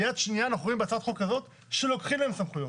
וביד שנייה אנחנו רואים בהצעת החוק הזאת שלוקחים מהם סמכויות.